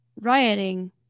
rioting